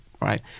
right